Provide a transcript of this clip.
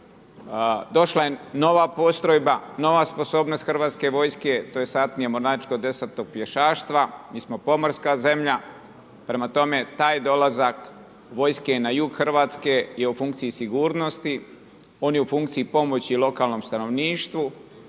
Došla je nova postrojba, nova sposobnost hrvatske vojske, to je satnija mornarička deseto pješaštva. Mi smo pomorska zemlja, prema tome, taj dolazak vojske na jug Hrvatske, je u funkciji sigurnosti, on je u funkciji, pomoći lokalnom stanovništvu